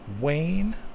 Wayne